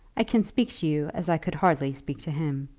i can speak to you as i could hardly speak to him.